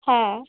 হ্যাঁ